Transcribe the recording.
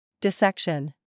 Dissection